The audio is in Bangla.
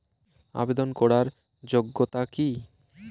আবেদন করার যোগ্যতা কি?